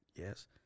yes